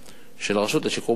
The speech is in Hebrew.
של הרשות לשיקום האסיר.